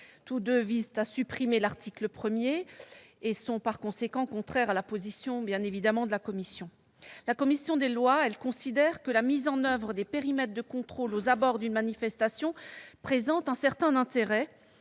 identiques visent à supprimer l'article 1 et sont par conséquent contraires à la position de la commission des lois. Cette dernière considère que la mise en oeuvre des périmètres de contrôle aux abords d'une manifestation présente un certain intérêt